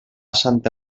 santa